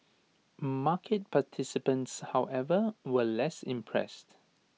market participants however were less impressed